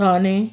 Thane